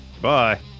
Bye